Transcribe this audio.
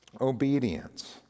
obedience